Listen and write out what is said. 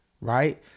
right